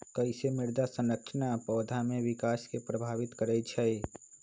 कईसे मृदा संरचना पौधा में विकास के प्रभावित करई छई?